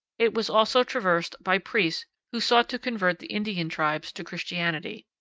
it was also traversed by priests who sought to convert the indian tribes to christianity.